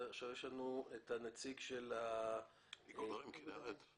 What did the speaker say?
עכשיו יש לנו את הנציג של איגוד ערים כינרת.